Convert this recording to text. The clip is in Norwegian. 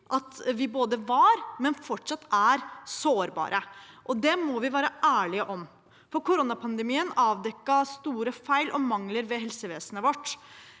at vi både var og fortsatt er sårbare. Det må vi være ærlige om. Koronapandemien avdekket store feil og mangler ved helsevesenet vårt.